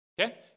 Okay